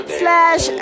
slash